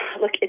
look